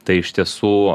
tai iš tiesų